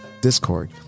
discord